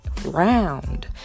round